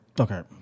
Okay